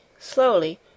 Slowly